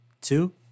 two